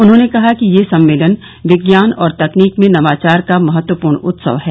उन्होंने कहाकि यह सम्मेलन विज्ञान और तकनीक में नवाचार का महत्वपूर्ण उत्सव है